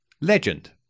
Legend